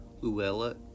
Luella